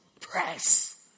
Press